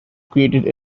created